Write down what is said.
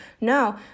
no